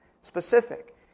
Specific